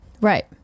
Right